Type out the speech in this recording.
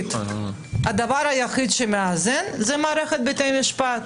הדבר היחיד שמאזן זה מערכת בתי המשפט